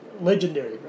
legendary